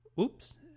Oops